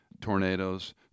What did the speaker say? tornadoes